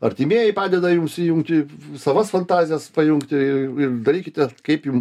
artimieji padeda jums įjungti savas fantazijas pajungti darykite kaip jum